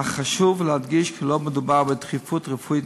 אך חשוב להדגיש כי לא מדובר בדחיפות רפואית